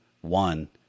One